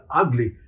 ugly